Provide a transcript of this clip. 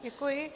Děkuji.